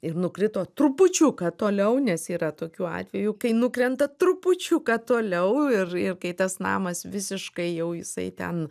ir nukrito trupučiuką toliau nes yra tokių atvejų kai nukrenta trupučiuką toliau ir ir kai tas namas visiškai jau jisai ten